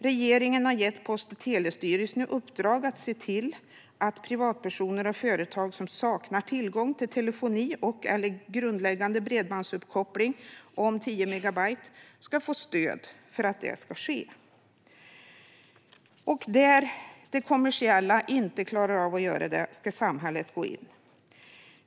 Regeringen har gett Post och telestyrelsen i uppdrag att se till att privatpersoner och företag som saknar tillgång till telefoni och/eller grundläggande bredbandsuppkoppling om 10 megabit ska få stöd så att de kan få detta. Där de kommersiella inte klarar av att göra detta ska samhället gå in.